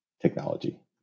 technology